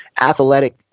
athletic